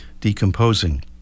decomposing